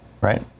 right